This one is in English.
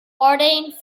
ardennes